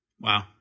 Wow